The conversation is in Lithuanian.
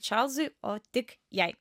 čarlzui o tik jai